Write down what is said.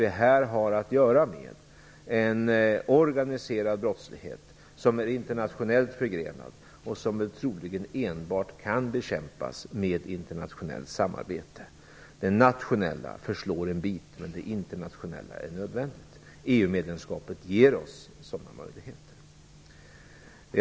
Vi måste inse att vi har att göra med en organiserad brottslighet som är internationellt förgrenad och som väl troligen enbart kan bekämpas med internationellt samarbete. Det nationella arbetet förslår en bit, men det internationella är nödvändigt. EU-medlemskapet ger oss sådana möjligheter.